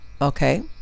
Okay